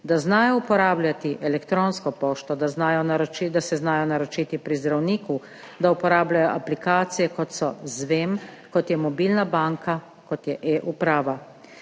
da znajo uporabljati elektronsko pošto, da se znajo naročiti pri zdravniku, da uporabljajo aplikacije, kot so zVEM, mobilna banka, e-uprava.